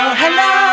hello